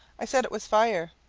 i said it was fire.